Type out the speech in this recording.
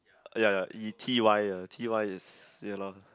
ya ya e_t_y uh t_y is ya loh